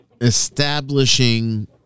establishing